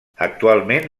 actualment